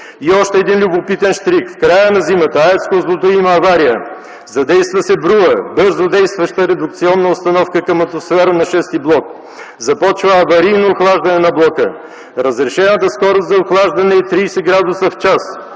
И още един любопитен щрих. В края на зимата в АЕЦ има авария. Задейства се БРУА – бързо действаща редукционна установка към атмосфера на VІ блок. Започва аварийно охлаждане на блока. Разрешената скорост за охлаждане е 30 градуса в час,